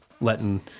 letting